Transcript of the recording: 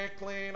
clean